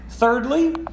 Thirdly